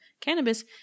cannabis